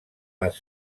les